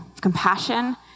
compassion